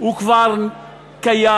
כבר קיים.